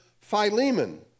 Philemon